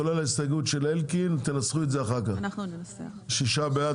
כולל ההסתייגות של חבר הכנסת אלקין תנסחו את זה אחר כך 6 בעד.